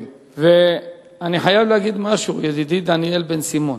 אני חייב משהו לידידי דניאל בן-סימון.